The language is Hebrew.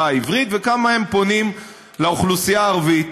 העברית וכמה הם פונים לאוכלוסייה הערבית.